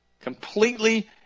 completely